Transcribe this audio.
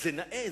זה נאה,